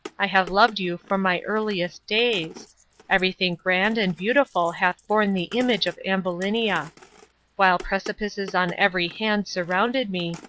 i have loved you from my earliest days everything grand and beautiful hath borne the image of ambulinia while precipices on every hand surrounded me,